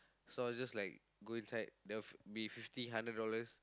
so I'll just like go inside there will be fifty hundred dollars